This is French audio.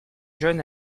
jeune